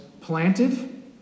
planted